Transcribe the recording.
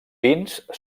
pins